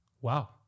Wow